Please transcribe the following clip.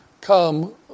come